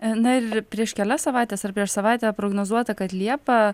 na ir prieš kelias savaites ar prieš savaitę prognozuota kad liepa